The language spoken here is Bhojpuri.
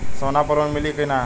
सोना पर लोन मिली की ना?